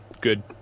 good